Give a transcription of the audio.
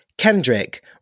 Kendrick